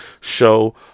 Show